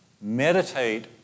Meditate